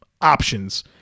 options